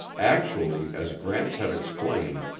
actually, as gramps had explained,